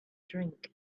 drink